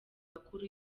bakuru